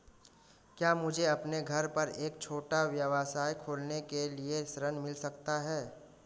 क्या मुझे अपने घर पर एक छोटा व्यवसाय खोलने के लिए ऋण मिल सकता है?